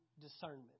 discernment